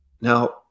Now